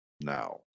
now